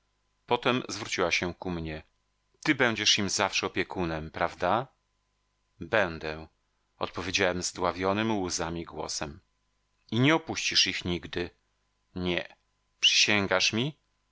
potem zwróciła się ku mnie ty będziesz im zawsze opiekunem prawda będę odpowiedziałem zdławionym łzami głosem i nie opuścisz ich nigdy nie przysięgasz mi